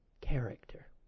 character